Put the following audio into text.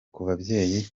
babyeyi